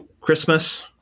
Christmas